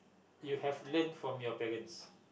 you have learned from your parents